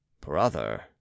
Brother